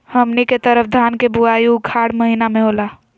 हमनी के तरफ धान के बुवाई उखाड़ महीना में होला